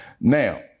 Now